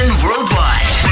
worldwide